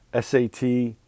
SAT